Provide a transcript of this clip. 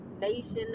Nation